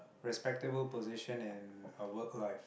respectable position in a work life